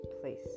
place